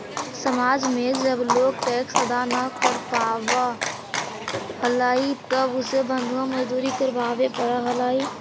समाज में जब लोग टैक्स अदा न कर पावा हलाई तब उसे बंधुआ मजदूरी करवावे पड़ा हलाई